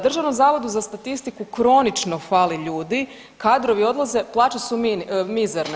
Državnom zavodu za statistiku kronično fali ljudi, kadrovi odlaze, plaće su mizerne.